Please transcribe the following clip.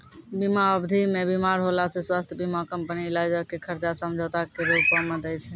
बीमा अवधि मे बीमार होला से स्वास्थ्य बीमा कंपनी इलाजो के खर्चा समझौता के रूपो मे दै छै